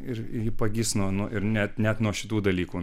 ir ji pagis nuo nuo ir net net nuo šitų dalykų